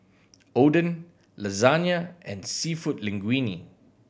Oden Lasagne and Seafood Linguine